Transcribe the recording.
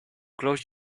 close